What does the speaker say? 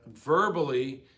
verbally